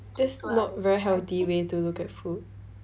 that's not very healthy way to look at food